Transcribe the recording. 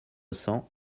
cents